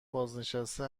بازنشسته